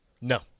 No